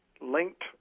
linked